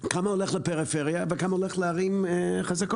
כמה הולך לפריפריה וכמה הולך לערים חזקות.